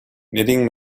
knitting